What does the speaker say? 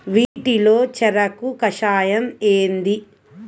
వీటిలో చెరకు కషాయం ఏది?